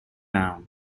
town